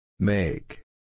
Make